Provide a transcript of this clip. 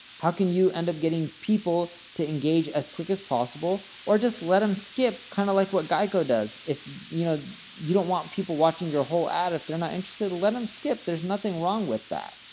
how can you end up getting people to engage as quick as possible? or just let them skip, kind of like what geico does. if you know you don't want people watching your whole ad if they're not interested, let them skip, there's nothing wrong with that.